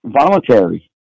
voluntary